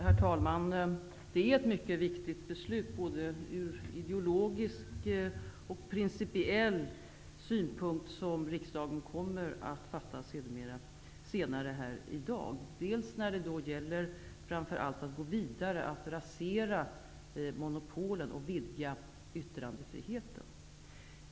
Herr talman! Det är ett mycket viktigt beslut ur både ideologisk och principiell synpunkt som riksdagen kommer att fatta senare här i dag, framför allt när det gäller att gå vidare att rasera monopolen och vidga yttrandefriheten.